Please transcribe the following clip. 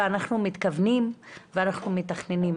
ואנחנו מתכוונים ואנחנו מתכננים.